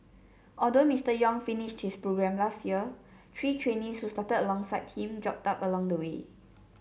although Mister Yong finished his programme last year three trainees who started alongside him dropped out along the way